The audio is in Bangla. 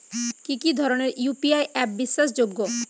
কি কি ধরনের ইউ.পি.আই অ্যাপ বিশ্বাসযোগ্য?